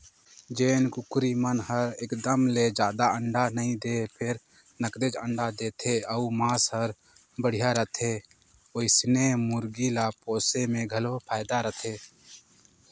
जेन कुकरी मन हर एकदम ले जादा अंडा नइ दें फेर नगदेच अंडा देथे अउ मांस हर बड़िहा रहथे ओइसने मुरगी ल पोसे में घलो फायदा रथे